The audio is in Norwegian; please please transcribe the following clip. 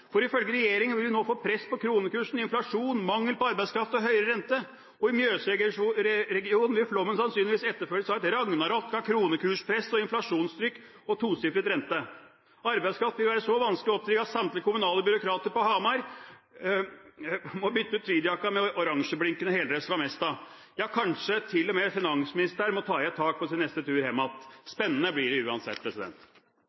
for ifølge regjeringen vil vi nå få press på kronekursen, inflasjon, mangel på arbeidskraft og høyere rente. Og i Mjøsregionen vil flommen sannsynligvis etterfølges av et ragnarok av kronekurspress, inflasjonstrykk og tosifret rente. Arbeidskraft vil være så vanskelig å oppdrive at samtlige kommunale byråkrater på Hamar må bytte ut tweedjakka med oransjeblinkende heldress fra Mesta. Ja, kanskje til og med finansministeren må ta i et tak på sin neste tur